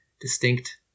distinct